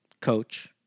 coach